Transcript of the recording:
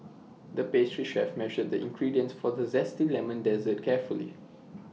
the pastry chef measured the ingredients for the Zesty Lemon Dessert carefully